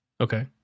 Okay